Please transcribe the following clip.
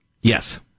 Yes